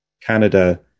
Canada